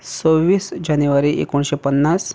सवीस जानेवारी एकुणशें पन्नास